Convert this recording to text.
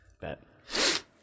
Bet